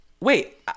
wait